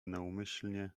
naumyślnie